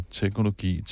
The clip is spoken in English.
teknologi